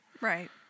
Right